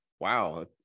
wow